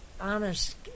honest